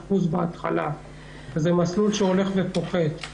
35% בהתחלה וזה מסלול שהולך ופוחת.